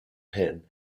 pin